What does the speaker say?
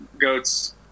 goats